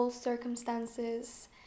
circumstances